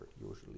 usually